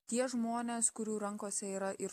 tie žmonės kurių rankose yra ir